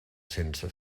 sense